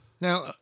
Now